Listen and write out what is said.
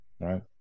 right